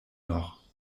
noch